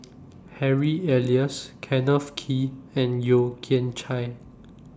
Harry Elias Kenneth Kee and Yeo Kian Chai